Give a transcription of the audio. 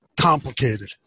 complicated